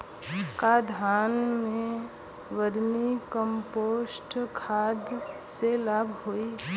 का धान में वर्मी कंपोस्ट खाद से लाभ होई?